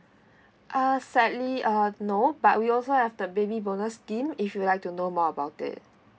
uh sadly uh no but we also have the baby bonus scheme if you like to know more about it